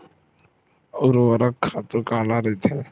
ऊर्वरक खातु काला कहिथे?